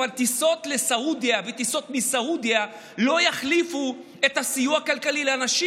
אבל טיסות לסעודיה וטיסות מסעודיה לא יחליפו את הסיוע הכלכלי לאנשים.